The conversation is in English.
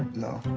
no.